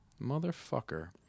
Motherfucker